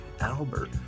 Albert